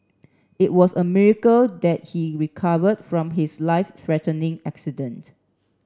it was a miracle that he recovered from his life threatening accident